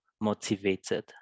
motivated